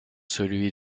celui